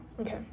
okay